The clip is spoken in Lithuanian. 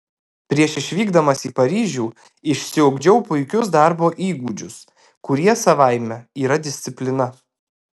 prieš išvykdamas į paryžių išsiugdžiau puikius darbo įgūdžius kurie savaime yra disciplina